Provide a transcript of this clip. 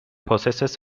possesses